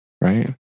Right